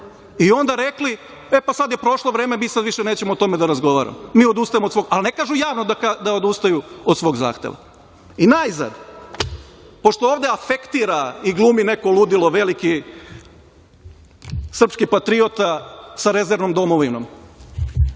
i onda rekli – e pa sada je prošlo vreme, mi sada više nećemo o tome da razgovaramo. Mi odustajemo, ali ne kažu javno da odustaju od svog zahteva. Najzad. Pošto ovde afektira i glumi neko ludilo veliki srpski patriota sa rezervnom domovinom.